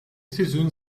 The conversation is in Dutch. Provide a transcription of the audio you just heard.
seizoen